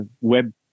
web